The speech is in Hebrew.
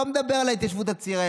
אני לא מדבר על ההתיישבות הצעירה,